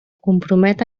compromet